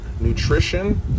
Nutrition